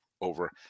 over